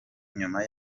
nyuma